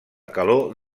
calor